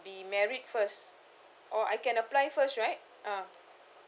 be married first or I can apply first right uh